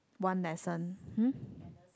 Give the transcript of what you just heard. one lesson hmm